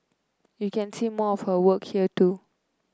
you can see more of her work here too